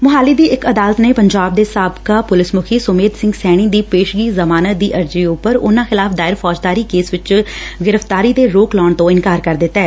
ਸੋਹਾਲੀ ਦੀ ਇਕ ਅਦਾਲਤ ਨੇ ਪੰਜਾਬ ਦੇ ਸਾਬਕਾ ਪੁਲਿਸ ਮੁਖੀ ਸੁਮੇਧ ਸਿੰਘ ਸੈਣੀ ਦੀ ਪੇਸ਼ਗੀ ਜ਼ਮਾਨਤ ਦੀ ਅਰਜ਼ੀ ਉਪਰ ਉਨਾਂ ਖਿਲਾਫ਼ ਦਾਇਰ ਫੌਜ਼ਦਾਰੀ ਕੇਸ ਵਿਚ ਗ੍ਰਿਫ਼ਤਾਰੀ ਤੇ ਰੋਕ ਲਾਉਣ ਤੋ ਇਨਕਾਰ ਕਰ ਦਿੱਤੈ